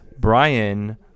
Brian